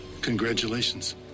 Congratulations